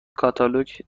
کاتالوگ